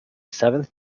seventh